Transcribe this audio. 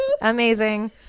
Amazing